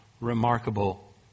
remarkable